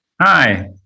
Hi